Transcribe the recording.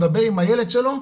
לדבר על הילד שלו,